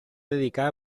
dedicar